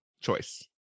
choice